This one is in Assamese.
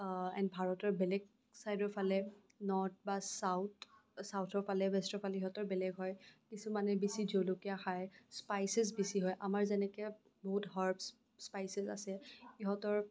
এণ্ড ভাৰতৰ বেলেগ চাইডৰ ফালে নৰ্থ বা চাউথ চাউথৰ ফালে ৱেষ্টৰ ভালে ইহঁতৰ বেলেগ হয় কিছুমানে বেছি জলকীয়া খায় স্পাইচেছ বেছি হয় আমাৰ যেনেকে বহুত হাৰ্বচ্ স্পাইচেছ আছে সিহঁতৰ